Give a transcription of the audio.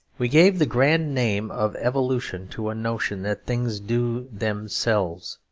we gave the grand name of evolution to a notion that things do themselves.